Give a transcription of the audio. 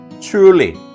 Truly